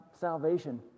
salvation